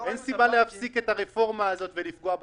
אין סיבה להפסיק את הרפורמה הזאת ולפגוע בתחרות.